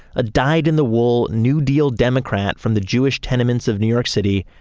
a dyed in the wool new deal democrat from the jewish tenements of new york city,